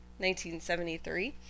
1973